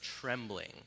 trembling